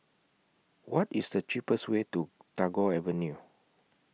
What IS The cheapest Way to Tagore Avenue